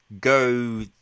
go